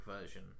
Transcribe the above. version